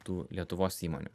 tų lietuvos įmonių